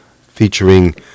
featuring